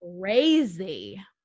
Crazy